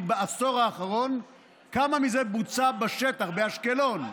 בעשור האחרון וכמה מזה בוצע בשטח באשקלון.